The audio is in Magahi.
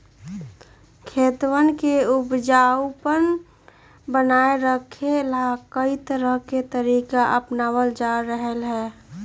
खेतवन के उपजाऊपन बनाए रखे ला, कई तरह के तरीका के अपनावल जा रहले है